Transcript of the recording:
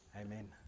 Amen